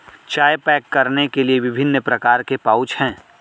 चाय पैक करने के लिए विभिन्न प्रकार के पाउच हैं